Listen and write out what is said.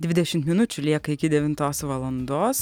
dvidešimt minučių lieka iki devintos valandos